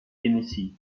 tennessee